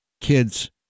kids